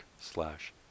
slash